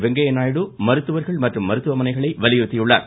வெங்கய்ய நாயுடு மருத்துவர்கள் மற்றும் மருத்துவமனைகளை வலியுறுத்தியுள்ளார்